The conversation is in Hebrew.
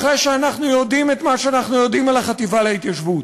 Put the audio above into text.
אחרי שאנחנו יודעים את מה שאנחנו יודעים על החטיבה להתיישבות,